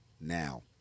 now